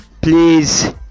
please